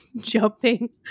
jumping